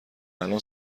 الان